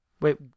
Wait